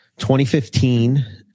2015